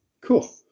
Cool